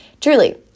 Truly